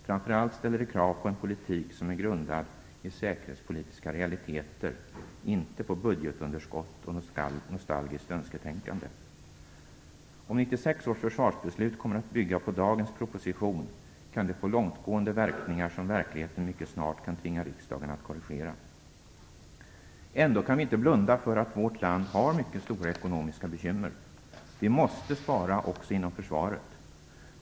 Framför allt ställer det krav på en politik som är grundad i säkerhetspolitiska realiteter och inte på budgetunderskott och nostalgiskt önsketänkande. Om 1996 års försvarsbeslut kommer att bygga på dagens proposition kan det få långtgående verkningar, som verkligheten mycket snart kan tvinga riksdagen att korrigera. Ändå kan vi inte blunda för att vårt land har mycket stora ekonomiska bekymmer. Vi måste spara också inom försvaret.